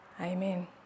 Amen